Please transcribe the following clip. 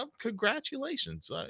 Congratulations